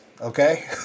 okay